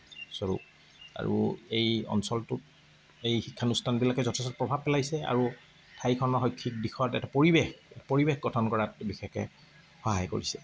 স্বৰূপ আৰু এই অঞ্চলটোত এই শিক্ষানুষ্ঠানবিলাকে যথেষ্ট প্ৰভাৱ পেলাইছে আৰু ঠাইখনৰ শৈক্ষিক দিশত এটা পৰিৱেশ পৰিৱেশ গঠন কৰাত বিশেষকৈ সহায় কৰিছে